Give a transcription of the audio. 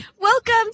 welcome